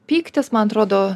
pyktis man atrodo